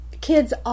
Kids